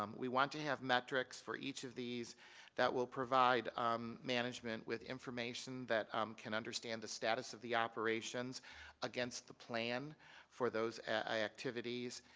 um we want to have metrics for each of these that will provide um management with information that um can understand the status of the operations against the plan for those activities.